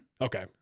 Okay